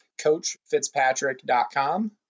coachfitzpatrick.com